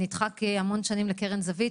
שנדחק המון שנים לקרן זווית,